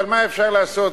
אבל מה אפשר לעשות?